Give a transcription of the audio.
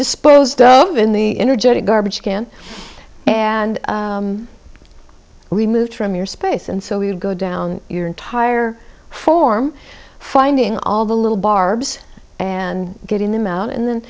disposed of in the energetic garbage can and removed from your space and so we would go down your entire form finding all the little barbs and getting them out in then